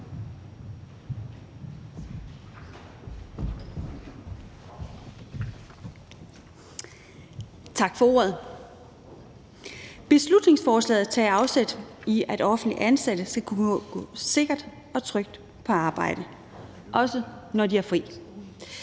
Tak for ordet. Beslutningsforslaget tager afsæt i, at offentligt ansatte skal kunne gå sikkert på arbejde, og de skal